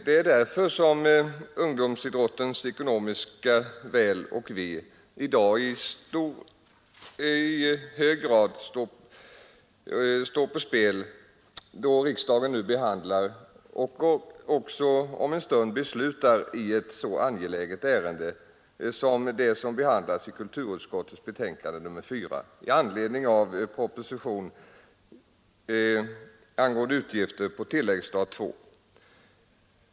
Det är därför som ungdomsidrottens ekonomiska väl och ve i dag i hög grad står på spel då riksdagen nu diskuterar och om en stund beslutar i ett så angeläget ärende som det som behandlas i kulturutskottets betänkande nr 4 i anledning av proposition angående utgifter på tilläggsstat II.